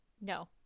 No